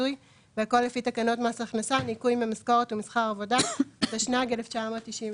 אין כאן נציג משרד הביטחון?